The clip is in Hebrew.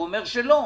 הוא אומר שלא.